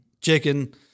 chicken